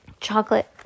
chocolate